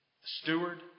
steward